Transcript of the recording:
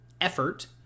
effort